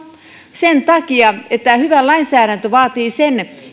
sen takia että hyvä lainsäädäntö vaatii sen